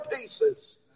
pieces